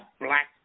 black